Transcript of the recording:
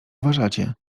uważacie